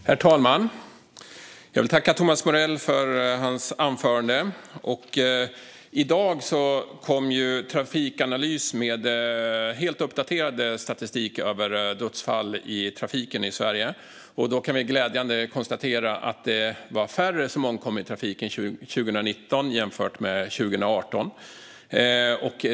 Herr talman! Jag vill tacka Thomas Morell för hans anförande. I dag kom Trafikanalys med helt uppdaterad statistik över dödsfall i trafiken i Sverige. Vi kan där glädjande nog konstatera att det var färre som omkom i trafiken 2019 jämfört med 2018.